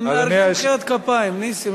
מה זה מחיאות הכפיים, נסים?